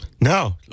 No